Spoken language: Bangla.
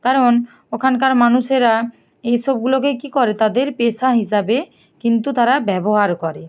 কারণ ওখানকার মানুষেরা এই সবগুলোকে কী করে তাদের পেশা হিসাবে কিন্তু তারা ব্যবহার করে